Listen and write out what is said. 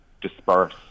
disperse